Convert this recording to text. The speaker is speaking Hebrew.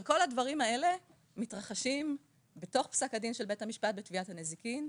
כל הדברים האלה מתרחשים בתוך פסק הדין של בית המשפט בתביעת הנזיקין.